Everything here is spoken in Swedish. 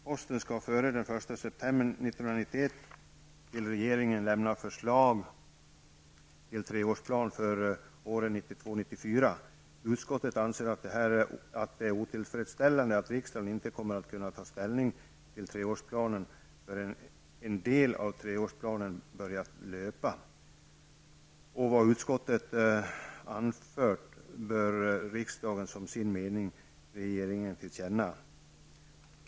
Posten skall före den 1 september 1991 till regeringen lämna ett förslag till treårsplan för åren 1992--1994. Utskottet anser att det är otillfredsställande att riksdagen inte kommer att kunna ta ställning till treårsplanen förrän en del av treårsplanen börjat löpa. Vad utskottet anfört bör riksdagen som sin mening ge regeringen till känna.